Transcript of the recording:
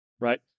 right